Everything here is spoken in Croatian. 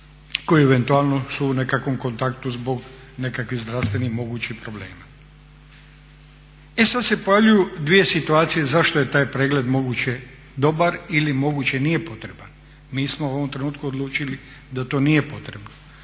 koji eventualno su u nekakvom kontaktu zbog nekakvih zdravstvenih mogućih problema. I sad se pojavljuju dvije situacije zašto je taj pregled moguće dobar ili moguće nije potreban. Mi smo u ovom trenutku odlučili da to nije potrebno.